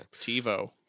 TiVo